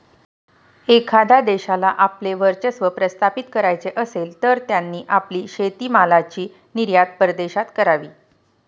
एखाद्या देशाला आपले वर्चस्व प्रस्थापित करायचे असेल, तर त्यांनी आपली शेतीमालाची निर्यात परदेशात करावी